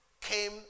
came